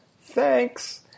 thanks